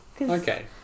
Okay